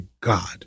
God